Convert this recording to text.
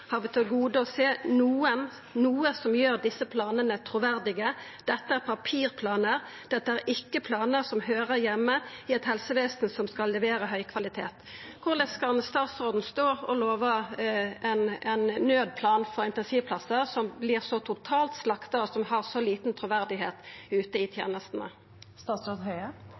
har vi til gode å se noe som gjør at disse planene er troverdige. Dette er papirplaner.» «Dette er ikke planer som hører hjemme i et helsevesen som skal levere høy kvalitet.» Korleis kan statsråden stå og lova ein nødplan for intensivplassar som vert så totalt slakta, og som har så lite truverd ute i